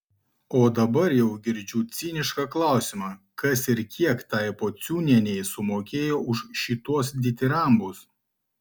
o dabar jau girdžiu cinišką klausimą kas ir kiek tai pociūnienei sumokėjo už šituos ditirambus